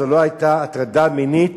זו לא היתה הטרדה מינית